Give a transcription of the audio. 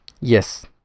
Yes